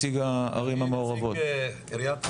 נציג עיריית רמלה.